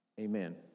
Amen